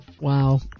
Wow